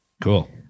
Cool